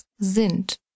sind